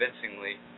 convincingly